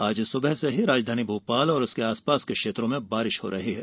आज सुबह से ही राजधानी भोपाल और उसके आसपास के क्षेत्रो में बारिश हो रही है